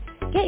Get